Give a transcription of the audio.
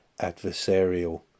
adversarial